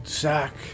sack